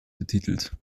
betitelt